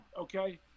okay